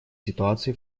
ситуации